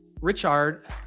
Richard